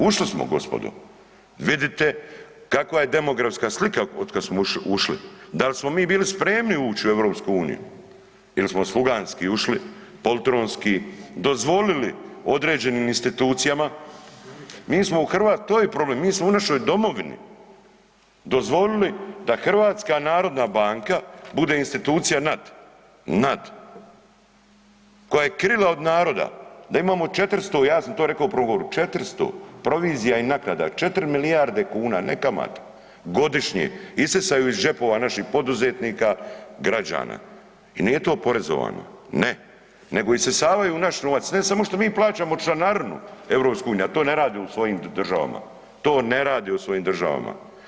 Ušli smo gospodo, vidite kakva je demografska slika otkad smo ušli, da li smo mi bili spremni uć u EU ili smo sluganski ušli, poltronski, dozvolili određenim institucijama, to je problem, mi smo u našoj domovini dozvolila da HNB bude institucija nad, koja je krila od naroda da imamo 400, ja sam to reko u prvom govoru, 400 provizija i naknada, 4 milijarde kuna ne kamata godišnje isisaju iz džepova naših poduzetnika, građana i nije to oporezovano, ne, nego isisavaju naš novac, ne samo što mi plaćamo članarinu EU-u, a to ne rade u svojim državama, to ne rade u svojim državama.